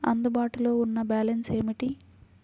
అందుబాటులో ఉన్న బ్యాలన్స్ ఏమిటీ?